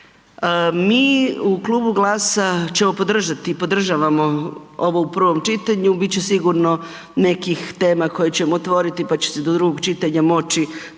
Mi u Klubu GLAS-a ćemo podržati i podržavamo ovo u prvom čitanju, bit će sigurno nekih tema koje ćemo otvoriti, pa će se do drugog čitanja moći to